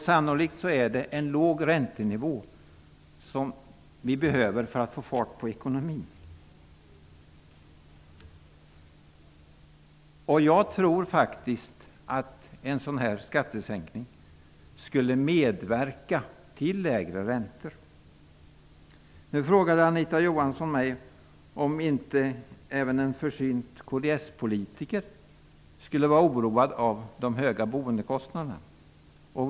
Sannolikt är det en låg räntenivå som vi behöver för att få fart på ekonomin. Jag tror att en skattesänkning av den här typen skulle medverka till lägre räntor. Anita Johansson frågade mig om inte även en försynt kds-politiker är oroad av de höga boendekostnaderna.